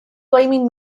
blaming